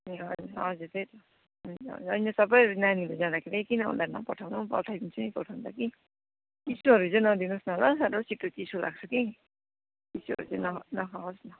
ए हजुर हजुर त्यही त हुन्छ होइन सबै नानीहरू जाँदाखेरि किन उसलाई नपठाउनु पठाइदिन्छु नि पठाउनु त कि तर चिसोहरू चाहिँ नदिनुहोस् न ल साह्रै छिटो चिसो लाग्छ कि चिसोहरूचाहिँ नखाओस् न